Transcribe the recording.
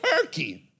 Turkey